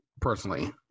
personally